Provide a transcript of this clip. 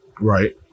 Right